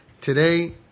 today